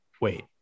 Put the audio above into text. wait